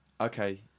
okay